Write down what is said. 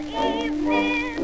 evening